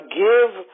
give